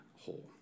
whole